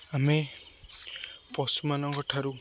ଆମେ ପଶୁମାନଙ୍କଠାରୁ